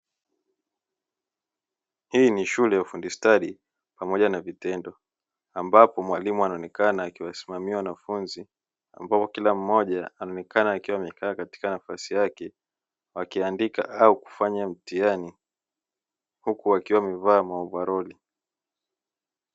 Hii ni shule ya ufundi stadi pamoja na vitendo ambapo mwalimu anaonekana akiwasimamia wanafunzi, ambapo kila mmoja anaonekana akiwa amekaa katika nafasi yake, wakiandika au kufanya mtihani huku wakiwa wamevaa maovaroli.